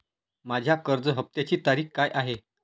माझ्या कर्ज हफ्त्याची तारीख काय आहे?